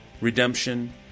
redemption